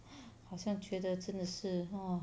好像觉得真的是 hor